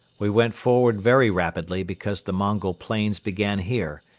we went forward very rapidly because the mongol plains began here,